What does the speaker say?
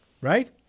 Right